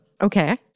Okay